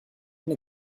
been